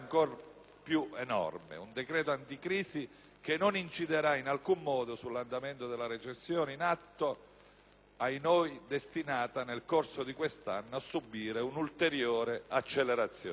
di un decreto anticrisi che non inciderà in alcun modo sull'andamento della recessione in atto, ahinoi, destinata nel corso di quest'anno a subire un'ulteriore accelerazione.